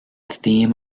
theme